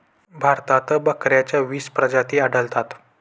भारतात बकऱ्यांच्या वीस प्रजाती आढळतात